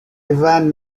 ivan